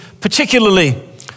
particularly